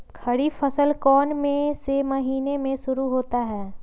खरीफ फसल कौन में से महीने से शुरू होता है?